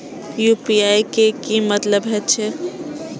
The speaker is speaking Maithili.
यू.पी.आई के की मतलब हे छे?